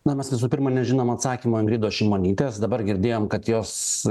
na mes visų pirma nežinom atsakymo ingridos šimonytės dabar girdėjom kad jos